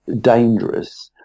dangerous